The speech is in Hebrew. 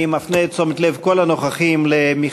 אני מפנה את תשומת לב כל הנוכחים למכתב